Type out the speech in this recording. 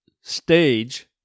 stage